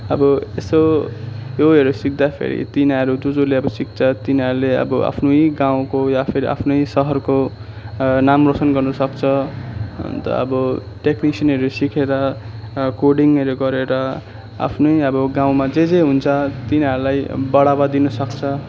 अब यसो योहरू सिक्दाखेरि तिनीहरू जो जसले आब सिक्छ तिनीहरूले आफ्नै गाउँको या फिर आफ्नै सहरको नाम रोसन गर्नसक्छ अन्त अब टेक्निसियनहरू सिकेर कोडिङहरू गरेर आफ्नै अब गाउँमा जे जे हुन्छ तिनीहरूलाई बढावा दिनसक्छ